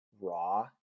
raw